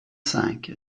cinq